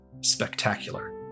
Spectacular